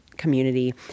community